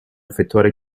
effettuare